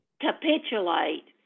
capitulate